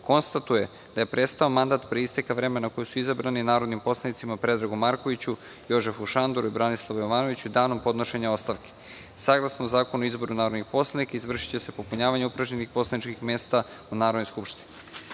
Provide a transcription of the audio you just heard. konstatuje da je prestao mandat, pre isteka vremena na koje su izabrani, narodnim poslanicima Predragu Markoviću, Jožefu Šandoru i Branislavu Jovanoviću, danom podnošenja ostavke. Saglasno Zakonu o izboru narodnih poslanika, izvršiće se popunjavanje upražnjenih poslaničkih mesta u Narodnoj skupštini.